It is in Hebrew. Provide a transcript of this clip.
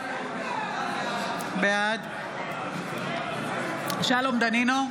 בעד שלום דנינו,